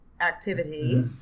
activity